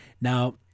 Now